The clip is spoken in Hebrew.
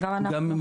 גם מהביטוח הלאומי,